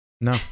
No